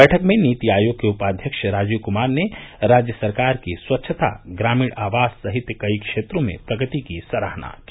बैठक में नीति आयोग के उपाध्यक्ष राजीव कुमार ने राज्य सरकार की स्वच्छता ग्रामीण आवास सहित कई क्षेत्रों में प्रगति की सराहना की